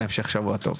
המשך שבוע טוב.